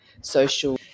social